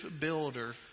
builder